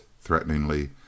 threateningly